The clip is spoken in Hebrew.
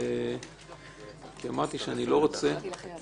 אמרתי שאני לא רוצה